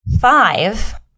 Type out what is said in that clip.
Five